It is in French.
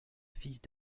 fils